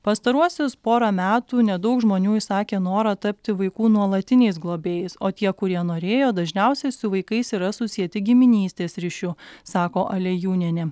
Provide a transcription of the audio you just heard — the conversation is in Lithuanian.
pastaruosius porą metų nedaug žmonių išsakė norą tapti vaikų nuolatiniais globėjais o tie kurie norėjo dažniausiai su vaikais yra susieti giminystės ryšiu sako aliejūnienė